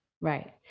Right